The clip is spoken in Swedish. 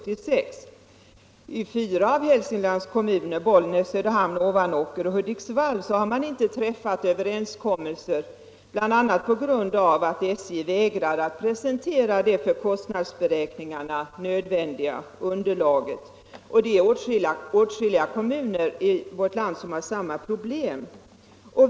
I fyra av Hälsinglands kommuner — Bollnäs, Söderhamn, Ovanåker och Hudiksvall — har man inte träffat överenskommelser, bl.a. på grund av att SJ vägrat att presentera det för kostnadsberäkningarna nödvändiga underlaget. Det är åtskilliga kommuner i vårt land som har samma problem.